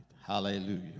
Hallelujah